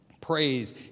praise